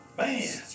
man